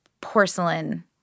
porcelain